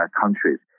countries